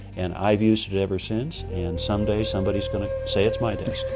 and i've used it ever since, and some day somebody's going to say it's my desk.